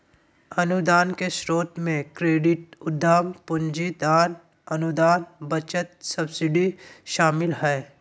अनुदान के स्रोत मे क्रेडिट, उधम पूंजी, दान, अनुदान, बचत, सब्सिडी शामिल हय